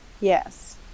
Yes